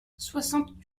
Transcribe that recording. soixante